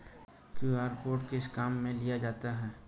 QR code किस किस काम में लिया जाता है?